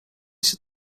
się